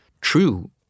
true